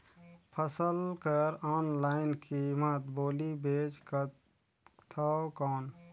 फसल कर ऑनलाइन कीमत बोली बेच सकथव कौन?